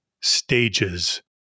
stages